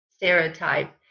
stereotype